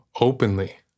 openly